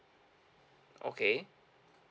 okay